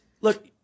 Look